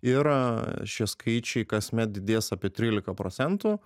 ir šie skaičiai kasmet didės apie trylika procentų